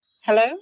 Hello